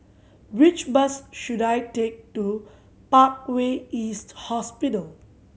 which bus should I take to Parkway East Hospital